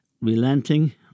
relenting